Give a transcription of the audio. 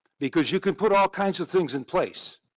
because you can put all kinds of things in place.